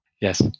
Yes